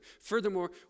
Furthermore